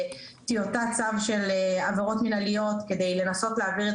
טיוטת צו של עבירות מנהלתיות כדי לנסות להעביר את